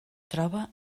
troba